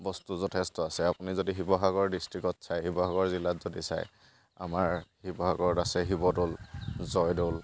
বস্তু যথেষ্ট আছে আপুনি যদি শিৱসাগৰ ডিষ্ট্ৰিকত চায় শিৱসাগৰ জিলাত যদি চায় আমাৰ শিৱসাগৰত আছে শিৱ দ'ল জয় দ'ল